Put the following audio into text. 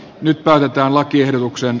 nyt päätetään lakiehdotuksen